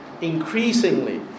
increasingly